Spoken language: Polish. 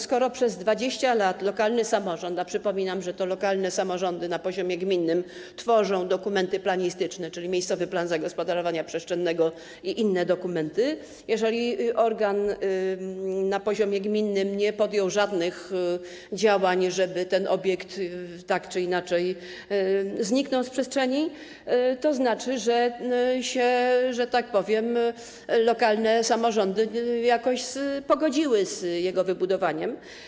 Skoro przez 20 lat lokalny samorząd - a przypominam, że to lokalne samorządy na poziomie gminnym tworzą dokumenty planistyczne, czyli miejscowy plan zagospodarowania przestrzennego i inne dokumenty - organ na poziomie gminnym nie podjął żadnych działań, żeby ten obiekt tak czy inaczej zniknął z przestrzeni, to znaczy, że tak powiem, iż lokalne samorządy jakoś się pogodziły z jego wybudowaniem.